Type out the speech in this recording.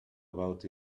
about